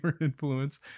influence